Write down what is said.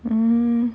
um